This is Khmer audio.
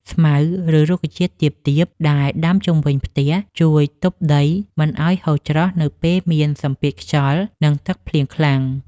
ស្មៅ ឬរុក្ខជាតិទាបៗដែលដាំជុំវិញផ្ទះជួយទប់ដីមិនឱ្យហូរច្រោះនៅពេលមានសម្ពាធខ្យល់ និងទឹកភ្លៀងខ្លាំង។